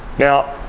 now,